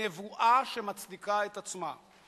נבואה שמצדיקה את עצמה.